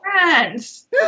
friends